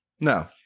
no